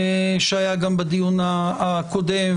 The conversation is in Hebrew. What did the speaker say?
שהיה גם בדיון הקודם,